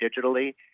digitally